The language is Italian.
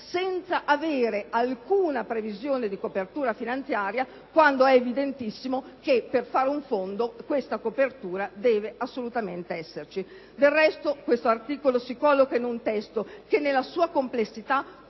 senza avere alcuna previsione di copertura finanziaria, quando è del tutto evidente che, per fare un fondo, questa copertura deve assolutamente esserci. Del resto, questo articolo si colloca in un testo che nella sua complessità